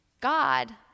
God